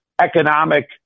economic